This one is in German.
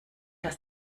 dass